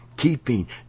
keeping